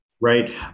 right